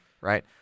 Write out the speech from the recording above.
right